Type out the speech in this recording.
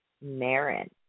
Marin